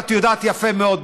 את יודעת יפה מאוד,